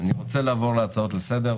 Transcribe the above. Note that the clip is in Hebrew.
אני רוצה לעבור להצעות לסדר.